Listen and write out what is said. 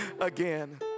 again